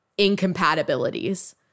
incompatibilities